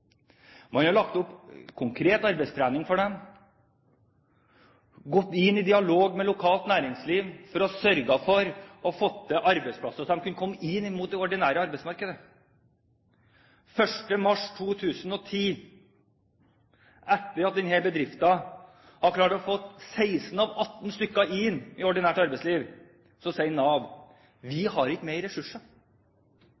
man har lagt opp konkret arbeidstrening for dem, gått inn i dialog med lokalt næringsliv for å sørge for å få til arbeidsplasser så de kunne komme inn i det ordinære arbeidsmarkedet. Den 1. mars 2010, etter at denne bedriften hadde klart å få 16 av 18 stykker inn i ordinært arbeidsliv, sier Nav: Vi